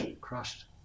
crushed